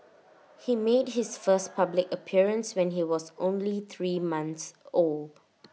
he made his first public appearance when he was only three month old